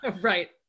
Right